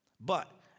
but